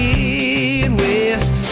Midwest